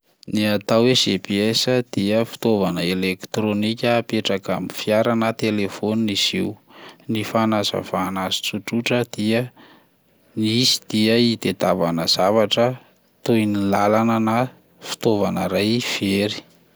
Ny atao hoe GPS dia fitaovana elektrônika apetraka amin'ny fiara na telefaonina izy io, ny fanazavana azy tsotsotra dia izy dia itadiavana zavatra toy ny lalana na fitaovana ray very.